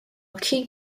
key